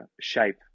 shape